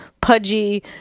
pudgy